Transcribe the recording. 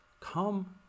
come